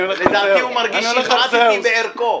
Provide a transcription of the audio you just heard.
לדעתי הוא מרגיש שהמעטתי בערכו.